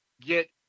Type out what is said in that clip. get